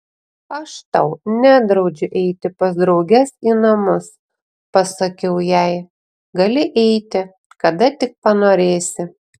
aš tau nedraudžiu eiti pas drauges į namus pasakiau jai gali eiti kada tik panorėsi